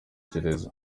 gereza